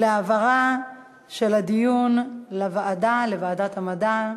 על העברת הדיון לוועדת המדע.